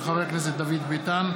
של חבר הכנסת דוד ביטן,